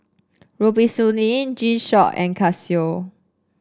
Robitussin G Shock and Casio